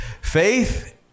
Faith